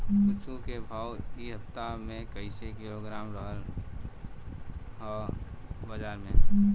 कद्दू के भाव इ हफ्ता मे कइसे किलोग्राम रहल ह बाज़ार मे?